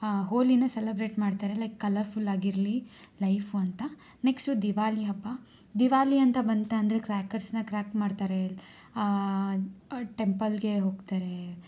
ಹೋಲಿನ celebrate ಮಾಡ್ತಾರೆ like colourful ಆಗಿರಲಿ life ಅಂತ ನೆಕ್ಸ್ಟು ದಿವಾಲಿ ಹಬ್ಬ ದಿವಾಲಿ ಅಂತ ಬಂತಂದರೆ ಕ್ರ್ಯಾಕರ್ಸನ್ನ ಕ್ರ್ಯಾಕ್ ಮಾಡ್ತಾರೆ ಟೆಂಪಲ್ಗೆ ಹೋಗ್ತಾರೆ